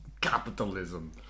Capitalism